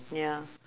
ya